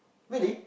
really